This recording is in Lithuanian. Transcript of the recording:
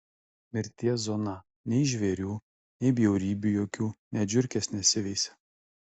mirties zona nei žvėrių nei bjaurybių jokių net žiurkės nesiveisia